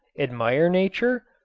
admire nature?